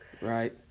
Right